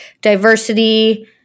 diversity